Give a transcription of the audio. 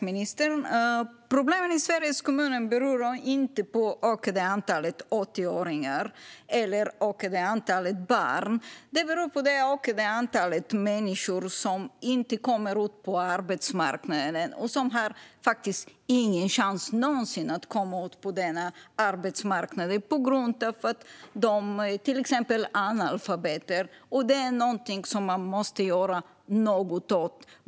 Herr talman! Problemen i Sveriges kommuner beror inte på det ökade antalet 80-åringar eller det ökade antalet barn. De beror på det ökade antalet människor som inte kommer ut på arbetsmarknaden och som faktiskt inte har en chans att någonsin komma ut på den, på grund av att de till exempel är analfabeter. Det är något som man måste göra något åt.